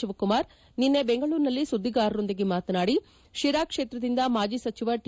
ಶಿವಕುಮಾರ್ ನಿನ್ನೆ ಬೆಂಗಳೂರಿನಲ್ಲಿ ಸುದ್ದಿಗಾರರೊಂದಿಗೆ ಮಾತನಾಡಿ ಶಿರಾ ಕ್ಷೇತ್ರದಿಂದ ಮಾಜಿ ಸಚಿವ ಟಿ